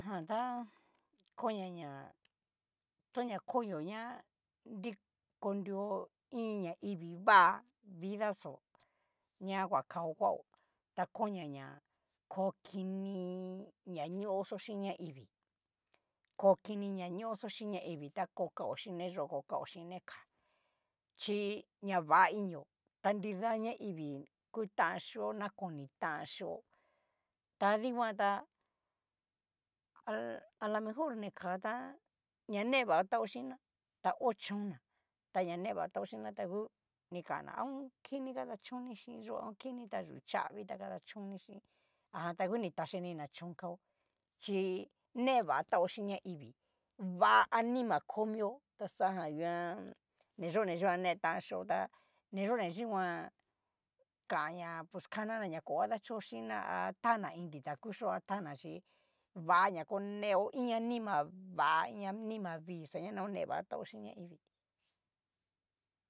Jan tá koñia ña tona konio ña nri konrio, iin ñaivii vá vida xó ña kuakao kuaó, ta koñia ña ko kini ñañoxó chin ñaivii ko ni nañoxo chín ñaivi ta ko kao xhin ni yó ko kao xhín ni ka, xhí ña va inio ta nrida naivii kután chío nakoni tán xhío, ta dikuan tá alamejor nika tá ñane va tao chinna ta ho chonná ta ho chón'na ta ña ne va tao china ta ngu ni kanna a ho kini kadachón ni chín yó a ho kini ta yú chavii ta kadachon ni xhín, ajan ta ngu ni taxinina chón kao, chí ne va tao xín ñaivii, va anima konio ta xa jan nguan, niyo niyikan ne tan xió, ta niyo ni yikoan kan ña pus kanana na ko kadachó kin ná ha tana iin ditá kuchio atana chí, va na koneo iin anima va in anima vii xaña na onevatao xhín ñaivi.